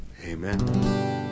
Amen